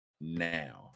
now